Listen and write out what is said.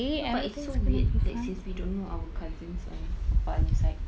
no but it's so weird that since we don't know our cousins on papa punya side